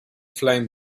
flame